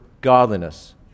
godliness